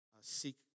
seek